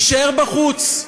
יישאר בחוץ.